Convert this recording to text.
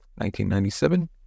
1997